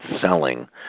selling